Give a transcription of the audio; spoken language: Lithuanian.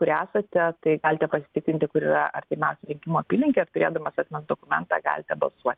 kur esate tai galite pasitikrinti kur yra artimiausia rinkimų apylinkė ir turėdamas asmens dokumentą galite balsuoti